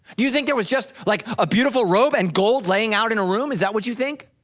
do you think there was just like a beautiful robe and gold laying out in a room, is that what you think?